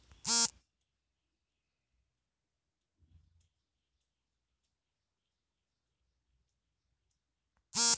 ಕಡಲಕಳೆ ಕೃಷಿ ಮತ್ತು ಕೊಯ್ಲು ಮಾಡುವ ಅಭ್ಯಾಸವಾಗಿದ್ದು ಪಾಚಿಗಳ ಜೀವನ ಚಕ್ರವನ್ನು ಸಂಪೂರ್ಣವಾಗಿ ನಿಯಂತ್ರಿಸ್ತದೆ